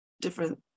different